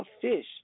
fish